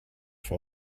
for